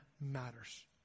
matters